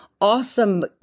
awesome